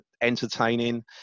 entertaining